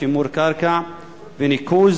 שימור קרקע וניקוז,